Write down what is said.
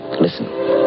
Listen